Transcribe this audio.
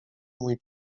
mój